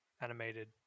animated